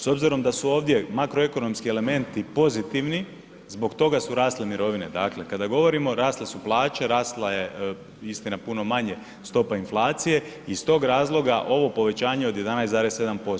S obzirom da su ovdje makroekonomski elementi pozitivni, zbog toga su rasle mirovine, dakle kada govorimo rasle su plaće, rasla je istina puno manje stopa inflacije, iz tog razloga ovo povećanje od 11,7%